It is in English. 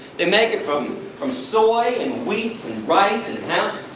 they make it from from soy and wheat and rice and hemp,